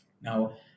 now